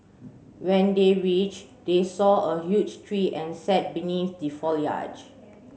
when they reached they saw a huge tree and sat beneath the foliage